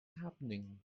happening